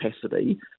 capacity